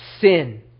sin